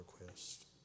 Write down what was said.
request